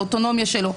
האוטונומיה שלו,